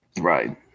Right